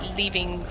leaving